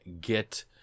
get